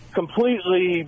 completely